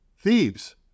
Thieves